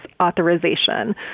authorization